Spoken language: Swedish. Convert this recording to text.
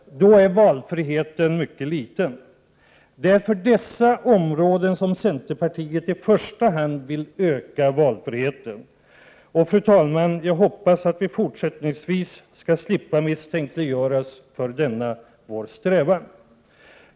Då är valfriheten mycket liten. Det är för dessa områden som centerpartiet i första hand vill öka valfriheten. Och, fru talman, jag hoppas att vi fortsättningsvis skall slippa misstänkliggöras för denna vår strävan.